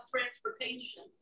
transportation